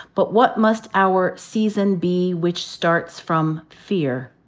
but what must our season be, which starts from fear?